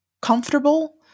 comfortable